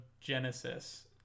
genesis